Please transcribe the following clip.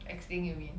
extinct you mean